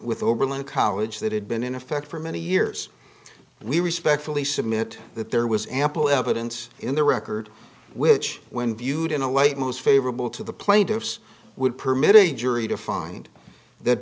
with oberlin college that had been in effect for many years and we respectfully submit that there was ample evidence in the record which when viewed in a light most favorable to the plaintiffs would permit a jury to find th